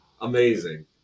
amazing